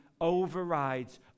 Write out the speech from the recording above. overrides